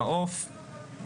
מעוף,